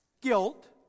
guilt